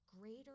greater